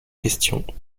questions